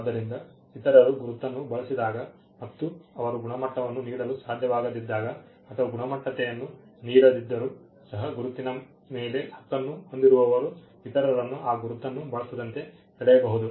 ಆದ್ದರಿಂದ ಇತರರು ಗುರುತನ್ನು ಬಳಸಿದಾಗ ಮತ್ತು ಅವರು ಗುಣಮಟ್ಟವನ್ನು ನೀಡಲು ಸಾಧ್ಯವಾಗದಿದ್ದಾಗ ಅಥವಾ ಗುಣಮಟ್ಟತೆಯನ್ನು ನೀಡಿದ್ದರೂ ಸಹ ಗುರುತಿನ ಮೇಲೆ ಹಕ್ಕನ್ನು ಹೊಂದಿರುವವರು ಇತರರನ್ನು ಆ ಗುರುತನ್ನು ಬಳಸದಂತೆ ತಡೆಯಬಹುದು